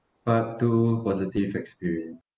part two positive experience